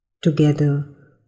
Together